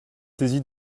saisi